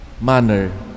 manner